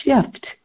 shift